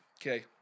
Okay